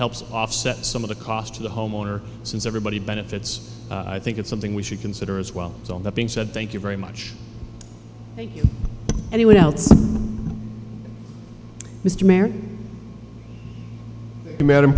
helps offset some of the cost of the homeowner since everybody benefits i think it's something we should consider as well as all that being said thank you very much anyone else mr mayor madam